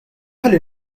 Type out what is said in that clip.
ħalli